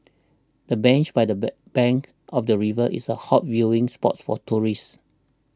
the bench by the bank of the river is a hot viewing spot for tourists